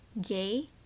Gay